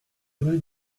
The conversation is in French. rue